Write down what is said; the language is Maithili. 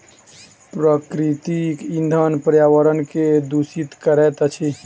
प्राकृतिक इंधन पर्यावरण के प्रदुषित करैत अछि